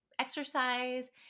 exercise